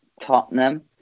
Tottenham